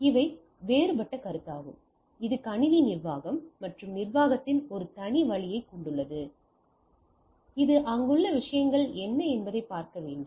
இவை வேறுபட்ட கருத்தாகும் இது கணினி நிர்வாகம் மற்றும் நிர்வாகத்தின் ஒரு தனி வழியைக் கொண்டுள்ளது இது அங்குள்ள விஷயங்கள் என்ன என்பதைப் பார்க்க வேண்டும்